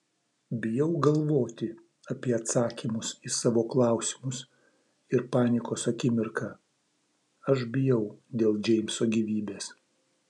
bijau galvoti apie atsakymus į savo klausimus ir panikos akimirką aš bijau dėl džeimso gyvybės